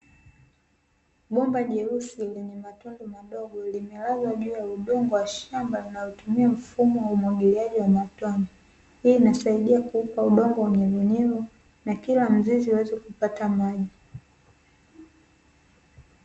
Bomba jeusi lenye matundu madogo, limelazwa juu ya udongo wa shamba linalotumia mfumo wa umwagiliaji wa matone. Hii inasaidia kuupa udongo unyevunyevu na kila mzizi uweze kupata maji.